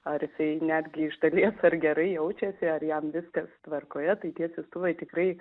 ar jisai netgi iš dalies ar gerai jaučiasi ar jam viskas tvarkoje tai tie siųstuvai tikrai